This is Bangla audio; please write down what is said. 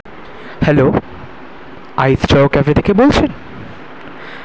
হ্যালো আইস্টোর ক্যাফে থেকে বলছেন